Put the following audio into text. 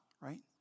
right